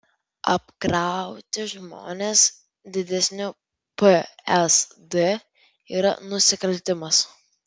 apkrauti žmones didesniu psd yra nusikaltimas